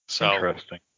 Interesting